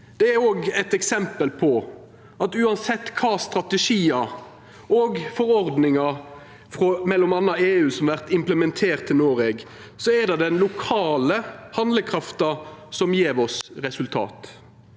Det er òg eit eksempel på at uansett kva strategiar og forordningar frå m.a. EU som vert implementerte i Noreg, er det den lokale handlekrafta som gjev oss resultat.